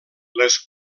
les